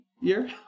year